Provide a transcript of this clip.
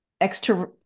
extra